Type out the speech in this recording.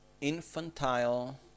infantile